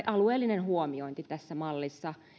alueellinen huomiointi tässä mallissa